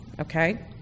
Okay